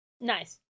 nice